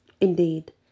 Indeed